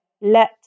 let